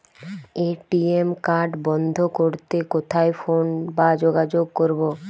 ATM card বন্ধ করতে কোথায় ফোন বা যোগাযোগ করব?